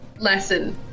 lesson